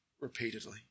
repeatedly